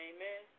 Amen